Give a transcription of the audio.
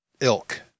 ilk